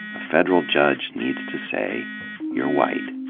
a federal judge needs to say you're white.